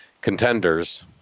contenders